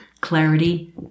clarity